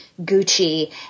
Gucci